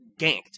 ganked